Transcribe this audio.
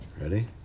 Ready